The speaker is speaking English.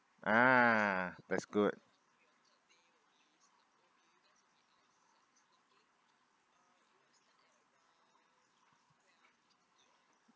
ah that's good